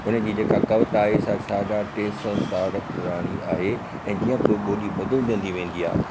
उन जी जेका कविता आई सा साढा टे सौ साल पुराणी आहे ऐं जीअं प बोॾी बदिलजंदी वेंदी आहे